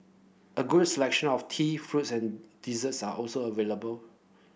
a good selection of tea fruits and desserts are also available